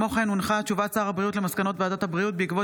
הודעת שר הבריאות על מסקנות ועדת הבריאות בעקבות